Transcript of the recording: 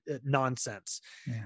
nonsense